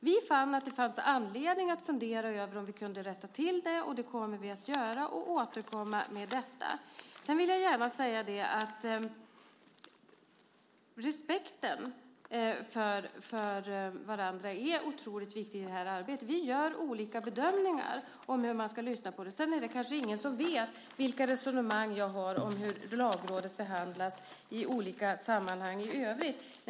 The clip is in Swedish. Vi fann att det fanns anledning att fundera över om vi kunde rätta till det. Det kommer vi att göra och återkomma med detta. Respekten för varandra är otroligt viktig i det här arbetet. Vi gör olika bedömningar om hur man ska lyssna på detta. Sedan är det ingen som vet vilka resonemang jag har om hur Lagrådet behandlas i olika sammanhang i övrigt.